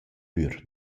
pür